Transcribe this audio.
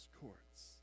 courts